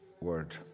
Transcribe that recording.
Word